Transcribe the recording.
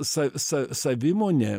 sa sa savimonė